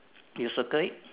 you circle it